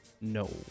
No